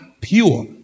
pure